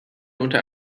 unter